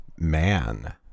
Man